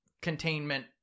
containment